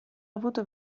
avuto